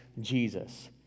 Jesus